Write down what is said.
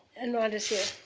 and rhonda's here.